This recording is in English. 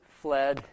fled